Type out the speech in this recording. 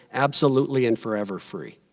absolutely and forever free.